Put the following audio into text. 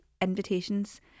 invitations